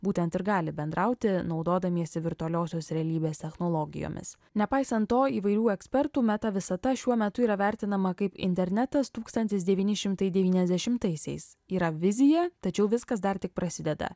būtent ir gali bendrauti naudodamiesi virtualiosios realybės technologijomis nepaisant to įvairių ekspertų meta visata šiuo metu yra vertinama kaip internetas tūkstantis devyni šimtai devyniasdešimtaisiais yra vizija tačiau viskas dar tik prasideda